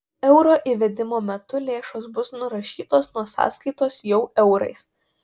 euro įvedimo metu lėšos bus nurašytos nuo sąskaitos jau eurais